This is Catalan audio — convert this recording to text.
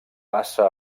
passa